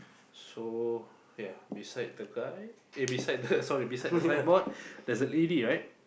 so ya beside the guy eh beside the sorry beside the signboard there's a lady right